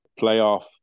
playoff